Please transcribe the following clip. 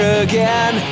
again